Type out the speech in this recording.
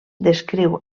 descriu